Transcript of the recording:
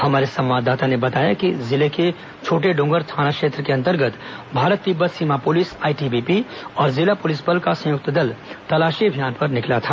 हमारे संवाददता ने बताया कि जिले के छोटे डोंगर थाना क्षेत्र के अंतर्गत भारत तिब्बत सीमा पुलिस बल आईटीबीपी और जिला पुलिस बल का संयुक्त दल तलाशी अभियान पर निकला था